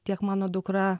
tiek mano dukra